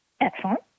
Excellent